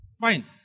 fine